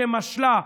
שמשלה,